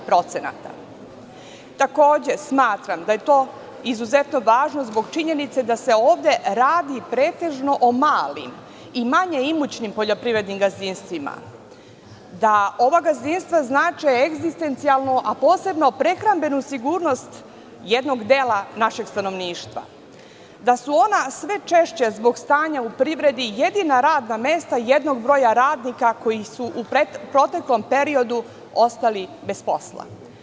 Takođe, smatram da je to izuzetno važno zbog činjenice da se ovde pretežno radi o malim i manje imućnim poljoprivrednim gazdinstvima, da ova gazdinstva znače egzistencijalnu, a posebno prehrambenu sigurnost jednog dela našeg stanovništva, da su ona sve češće zbog stanja u privredi jedina radna mesta jednog broja radnika koji su u proteklom periodu ostali bez posla.